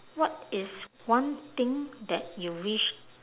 what is one thing that you wish